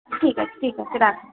ঠিক আছে ঠিক আছে রাখো